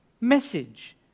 message